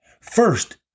First